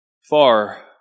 far